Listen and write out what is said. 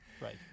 right